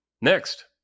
Next